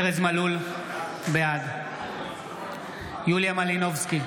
ארז מלול, אינו נוכח יוליה מלינובסקי,